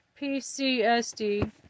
PCSD